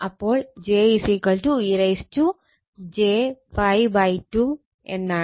അപ്പോൾ j e j π 2 എന്നാണ്